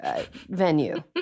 venue